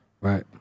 right